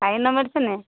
ଖାଇନ ମେଡ଼ିସିନ୍